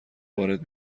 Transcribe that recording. وارد